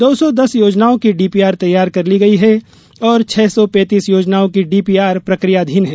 दो सौ दस योजनाओं की डीपीआर तैयार कर ली गई है और छह सौ पैतीस योजनाओं की डीपीआर प्रक्रियाधीन है